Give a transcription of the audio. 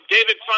David